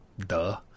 duh